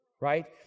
right